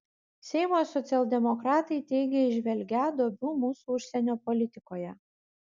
seimo socialdemokratai teigia įžvelgią duobių mūsų užsienio politikoje